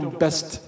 best